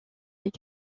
est